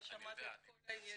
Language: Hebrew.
לא שמעת את כל העניינים.